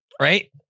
Right